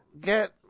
get